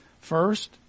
First